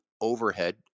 overhead